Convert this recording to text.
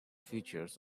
features